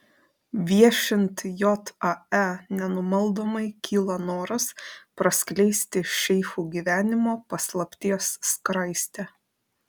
viešint jae nenumaldomai kyla noras praskleisti šeichų gyvenimo paslapties skraistę